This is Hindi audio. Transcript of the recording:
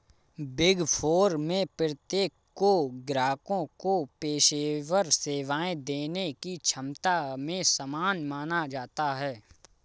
बिग फोर में प्रत्येक को ग्राहकों को पेशेवर सेवाएं देने की क्षमता में समान माना जाता है